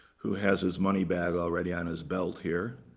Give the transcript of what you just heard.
who has his money bag already on his belt here.